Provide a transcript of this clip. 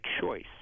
choice